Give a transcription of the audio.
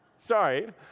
Sorry